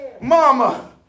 Mama